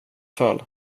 fall